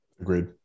Agreed